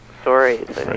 stories